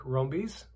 Rombies